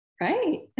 Right